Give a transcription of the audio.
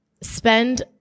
spend